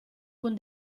con